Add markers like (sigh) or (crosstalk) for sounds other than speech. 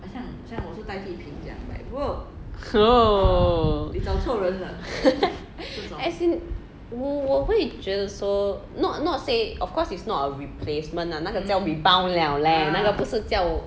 !whoa! (laughs) as in 我我会觉得 so not say of course it's not a replacement lah 那个叫 rebound liao leh 那个不是叫